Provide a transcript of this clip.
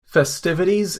festivities